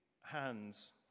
hands